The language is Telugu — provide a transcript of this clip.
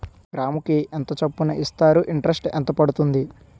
గ్రాముకి ఎంత చప్పున ఇస్తారు? ఇంటరెస్ట్ ఎంత పడుతుంది?